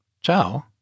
Ciao